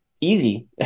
easy